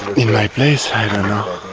in my place i don't know